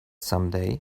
someday